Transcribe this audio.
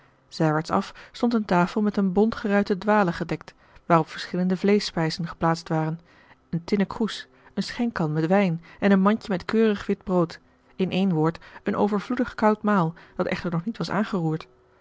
zijwaarts af stond eene tafel met eene bont geruite dwale gedekt waarop verschillende vleeschspijzen geplaatst waren een tinnen kroes een schenkkan met wijn en een mandje met keurig wit brood in één woord een overvloedig koud maal dat echter nog niet was aangeroerd